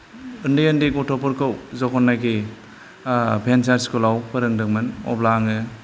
उन्दै उन्दै गथ'फोरखौ जेब्लानोखि भेन्सार स्कुल आव फोरोंदोंमोन अब्ला आङो